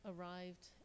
arrived